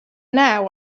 now